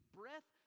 breath